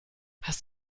hast